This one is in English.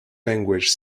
language